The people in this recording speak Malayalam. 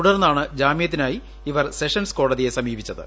തുടർന്നാണ് ജാമ്യത്തിനായി ഇവർ സെഷൻസ് കോടതിയെ സമീപിച്ചത്